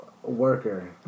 Worker